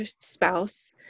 spouse